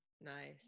Nice